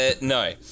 No